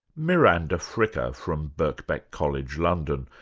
miranda fricker from birkbeck college, london,